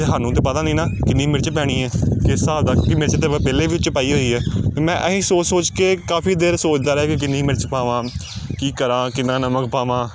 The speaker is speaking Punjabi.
ਅਤੇ ਸਾਨੂੰ ਤਾਂ ਪਤਾ ਨਹੀਂ ਨਾ ਕਿੰਨੀ ਮਿਰਚ ਪੈਣੀ ਹੈ ਕਿਸ ਹਿਸਾਬ ਦਾ ਕਿ ਮਿਰਚ ਤਾਂ ਮੈਂ ਪਹਿਲਾਂ ਵੀ ਉਹ 'ਚ ਵਿੱਚ ਪਾਈ ਹੋਈ ਹੈ ਅਤੇ ਮੈਂ ਇਹੀ ਸੋਚ ਸੋਚ ਕੇ ਕਾਫੀ ਦੇਰ ਸੋਚਦਾ ਰਿਹਾ ਕਿ ਕਿੰਨੀ ਮਿਰਚ ਪਾਵਾਂ ਕੀ ਕਰਾਂ ਕਿੰਨਾ ਨਮਕ ਪਾਵਾਂ